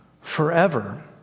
forever